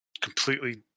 completely